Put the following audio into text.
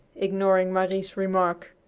ignoring marie's remark.